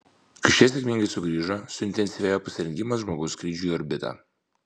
kai šie sėkmingai sugrįžo suintensyvėjo pasirengimas žmogaus skrydžiui į orbitą